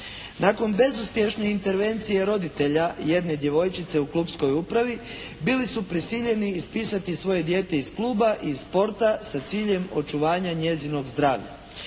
Nakon bezuspješne intervencije roditelja jedne djevojčice u klupskoj upravi bili su prisiljeni ispisati svoje dijete iz kluba i iz sporta sa ciljem očuvanja njezinog zdravlja.